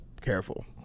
careful